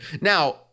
Now